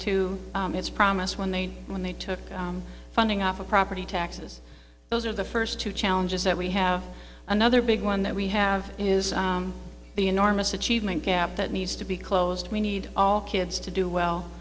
to its promise when they when they took funding off of property taxes those are the first two challenges that we have another big one that we have is the enormous achievement gap that needs to be closed we need all kids to do